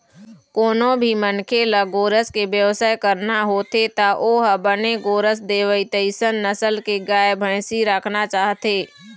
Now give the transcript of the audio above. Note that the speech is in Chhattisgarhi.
कोनो भी मनखे ल गोरस के बेवसाय करना होथे त ओ ह बने गोरस देवय तइसन नसल के गाय, भइसी राखना चाहथे